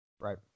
Right